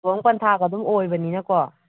ꯂꯨꯍꯣꯡ ꯄꯟꯊꯥꯒ ꯑꯗꯨꯝ ꯑꯣꯏꯕꯅꯤꯀꯣ